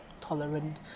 tolerant